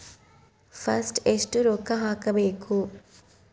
First ಎಷ್ಟು ರೊಕ್ಕ ಹಾಕಬೇಕು?